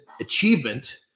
achievement